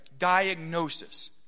diagnosis